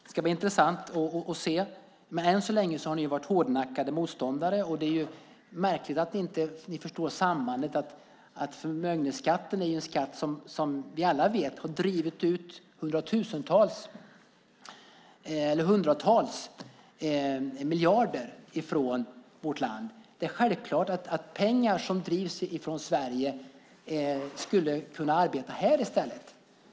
Det ska bli intressant att se. Än så länge har ni varit hårdnackade motståndare. Det är märkligt att ni inte förstår sambandet. Förmögenhetsskatten är en skatt som har drivit ut hundratals miljarder från vårt land. Pengar som drivs från Sverige skulle naturligtvis kunna arbeta här i stället.